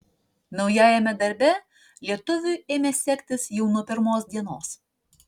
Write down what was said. naujajame darbe lietuviui ėmė sektis jau nuo pirmos dienos